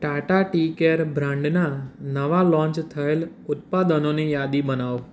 Tata tea care બ્રાન્ડના નવા launch થયેલ ઉત્પાદનોની યાદી બનાવો